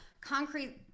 concrete